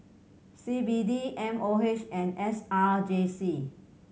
C B D M O H and S R J C